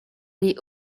les